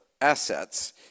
assets